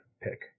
pick